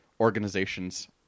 organizations